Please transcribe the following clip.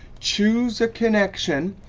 choose a connection,